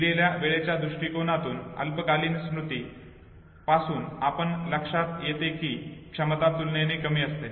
दिलेल्या वेळेच्या दृष्टीकोनातून अल्पकालीन स्मृती पासून आपणास लक्षात येते की क्षमता तुलनेने कमी आहे